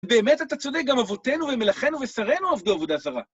באמת אתה צודק, גם אבותינו ומלכינו ושרינו עבדו עבודה זרה.